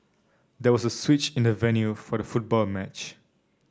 there was a switch in the venue for the football match